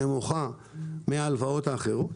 נמוך מן ההלוואות האחרות.